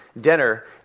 dinner